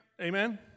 Amen